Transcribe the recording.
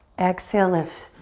exhale, lift.